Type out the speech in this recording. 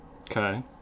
Okay